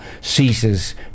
ceases